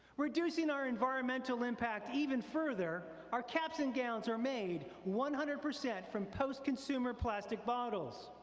reducing our environmental impact even further our caps and gowns are made one hundred percent from post-consumer plastic bottles,